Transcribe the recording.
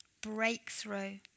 Breakthrough